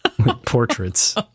portraits